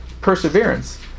perseverance